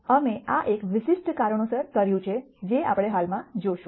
અમે આ એક વિશિષ્ટ કારણોસર કર્યું છે જે આપણે હાલમાં જોશું